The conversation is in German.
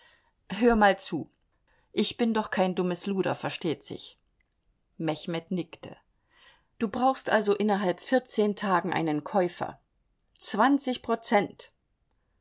hör mal zu ich bin doch kein dummes luder versteht sich mechmed nickte du brauchst also innerhalb vierzehn tagen einen käufer zwanzig prozent